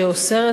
שאוסרת,